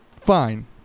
fine